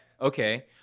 okay